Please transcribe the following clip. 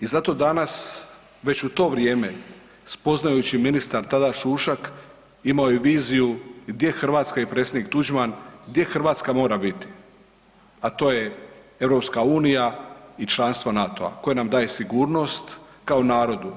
I zato danas već u to vrijeme, spoznajući ministar tada Šušak imao je viziju gdje Hrvatska i predsjednik Tuđman, gdje Hrvatska mora biti, a to je EU i članstvo NATO-a koja nam daje sigurnost kao narodu